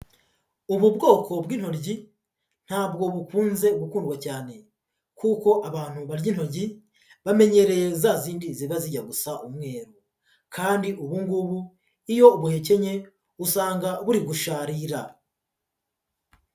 Ubu bwoko bw'intoryi ntabwo bukunze gukundwa cyane kuko abantu barya intoryi bamenyereye zazindi ziba zijya gusa umweru kandi ubu ngubu iyo ubuhekennye usanga buri gusharira.